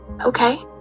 Okay